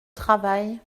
travail